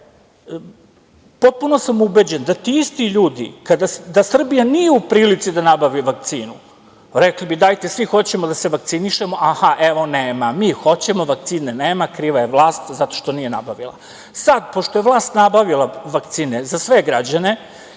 potpuno sam ubeđen da ti isti ljudi, da Srbija nije u prilici da nabavi vakcinu, rekli bi – dajte, svi hoćemo da se vakcinišemo, aha, evo, nema. Mi hoćemo – vakcine nema – kriva je vlast zato što nije nabavila. Sad, pošto je vlast nabavila vakcine za sve građane